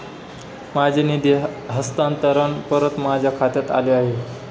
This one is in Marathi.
माझे निधी हस्तांतरण परत माझ्या खात्यात आले आहे